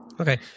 Okay